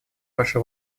ваше